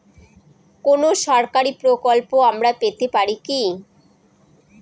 কোন সরকারি প্রকল্প আমরা পেতে পারি কি?